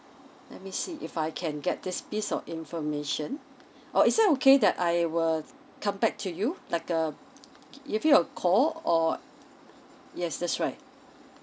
let me see if I can get this piece of information or is it okay that I will come back to you like err give you a call or yes that's right